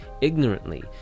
ignorantly